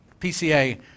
PCA